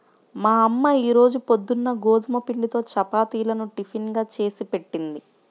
మా అమ్మ ఈ రోజు పొద్దున్న గోధుమ పిండితో చపాతీలను టిఫిన్ గా చేసిపెట్టింది